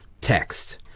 text